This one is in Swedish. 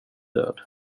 död